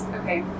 okay